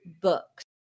books